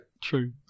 True